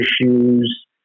issues